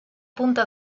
punta